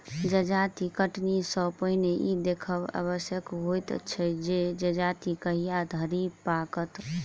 जजाति कटनी सॅ पहिने ई देखब आवश्यक होइत छै जे जजाति कहिया धरि पाकत